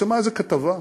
איזה כתבה,